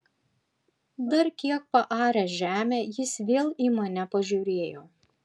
dar kiek paaręs žemę jis vėl į mane pažiūrėjo